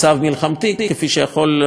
כפי שיכול להתרחש,